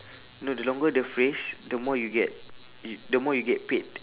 no the longer the phrase the more you get y~ the more you get paid